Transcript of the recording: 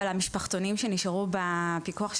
המשפחתונים שנשארו בפיקוח שלנו,